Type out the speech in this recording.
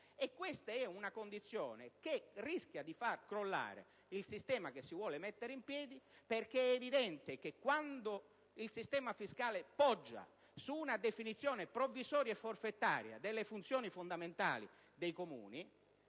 questa è una condizione che rischia di far crollare il sistema che si vuole mettere in piedi. È evidente infatti che quando il sistema fiscale poggia su una definizione provvisoria e forfettaria delle funzioni fondamentali dei Comuni,